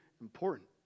important